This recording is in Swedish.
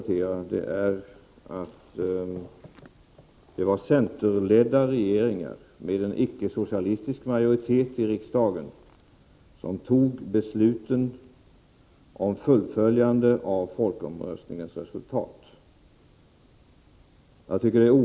För det andra: Det var centerledda regeringar och en icke-socialistisk majoritet i riksdagen som fattade besluten om fullföljandet av folkomröstningens resultat.